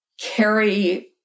carry